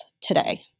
today